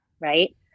Right